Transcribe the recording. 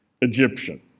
Egyptian